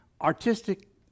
Artistic